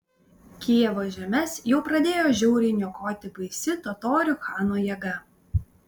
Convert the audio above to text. kijevo žemes jau pradėjo žiauriai niokoti baisi totorių chano jėga